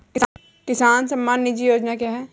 किसान सम्मान निधि योजना क्या है?